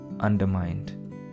undermined